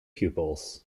pupils